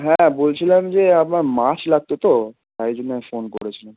হ্যাঁ বলছিলাম যে আমার মাছ লাগতো তো তা ওই জন্য ফোন করেছিলাম